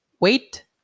Wait